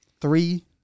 Three